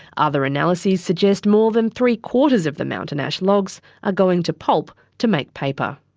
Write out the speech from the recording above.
other analyses suggests more than three quarters of the mountain ash logs are going to pulp to make paper.